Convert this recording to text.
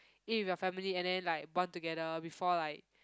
eat with your family and then like bond together before like